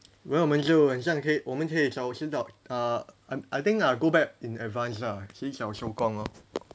然后我们就很像可以我们可以早提早 uh I I think I go back in advance lah 提早收工咯